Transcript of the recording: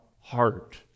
heart